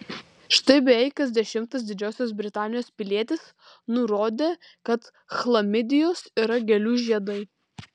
štai beveik kas dešimtas didžiosios britanijos pilietis nurodė kad chlamidijos yra gėlių žiedai